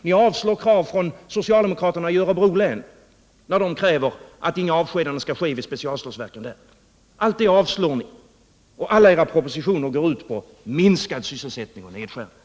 Ni avslår krav från socialdemokraterna i Örebro län om att inga avskedanden skall ske vid specialstålverken där. Allt detta avslår ni, och alla era propositioner går ut på minskad sysselsättning och nedskärningar.